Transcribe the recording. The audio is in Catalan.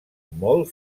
molt